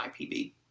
IPB